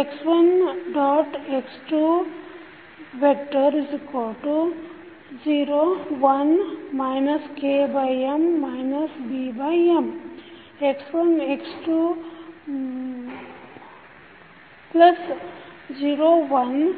x1 x2 0 1 KM BM x1 x2 0 1